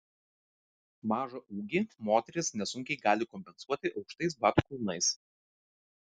mažą ūgį moterys nesunkiai gali kompensuoti aukštais batų kulnais